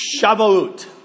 Shavuot